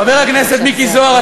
חבר הכנסת מיקי זוהר,